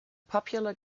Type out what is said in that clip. popular